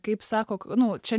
kaip sako nu čia